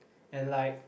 and like